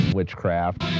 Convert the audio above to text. ...witchcraft